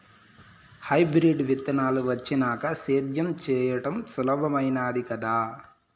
hybrid విత్తనాలు వచ్చినాక సేద్యం చెయ్యడం సులభామైనాది కదా